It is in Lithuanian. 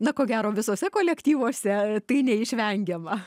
na ko gero visuose kolektyvuose tai neišvengiama